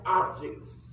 objects